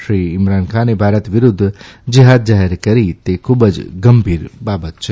શ્રી ઇમરાન ખાને ભારત વિરુદ્ધ જેહાદ જાહેર કરી તે ખૂબ જ ગંભીર બાબત છે